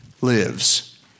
lives